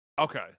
okay